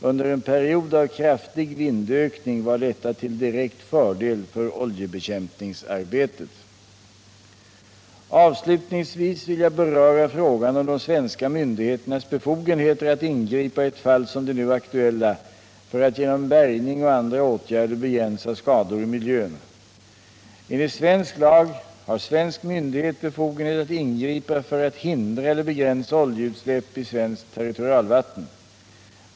Under en period av kraftig vindökning var detta till direkt fördel för oljebekämpningsarbetet. Avslutningsvis vill jag beröra frågan om de svenska myndigheternas befogenheter att ingripa i ett fall som det nu aktuella för att genom bärgning och andra åtgärder begränsa skador i miljön. Enligt svensk lag har svensk myndighet befogenhet att ingripa för att hindra eller begränsa oljeutsläpp i svenskt territorialvatten.